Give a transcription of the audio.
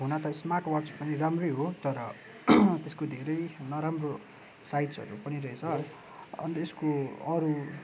हुन त smart watch पनि राम्रै हो तर त्यसको धेरै नराम्रो साइडहरू पनि रहेछ अन्त यसको अरू